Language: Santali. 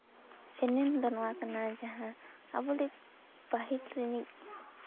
ᱮᱱᱮᱢ ᱫᱚ ᱱᱚᱣᱟ ᱠᱟᱱᱟ ᱡᱟᱦᱟᱸ ᱟᱵᱚ ᱨᱮᱱ ᱯᱟᱹᱦᱤᱞ ᱨᱤᱱᱤᱡ